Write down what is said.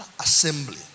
assembly